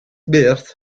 birth